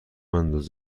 انداز